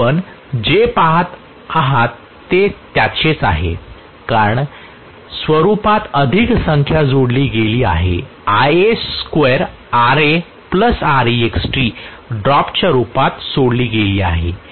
आपण जे पाहत आहात ते त्याचेच आहे कारण स्वरूपात अधिक संख्या सोडली गेली आहे Ia square Ra plus Rext ड्रॉपच्या रूपात सोडली गेली आहे